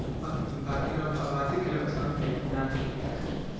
बाकिर अब आबादी के सामने ना टिकी पाई